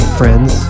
friends